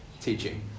teaching